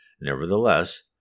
Nevertheless